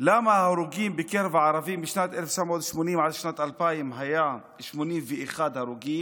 למה ההרוגים בקרב הערבים משנת 1980 עד שנת 2000 היה 81 הרוגים,